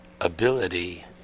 ability